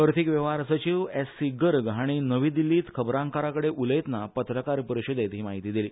अर्थीक वेव्हार सचीव एससी गर्ग हांणी नवी दिल्लींत खबराकारां कडेन उलयतना पत्रकार परिशदेंत ही माहिती दिली